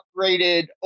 upgraded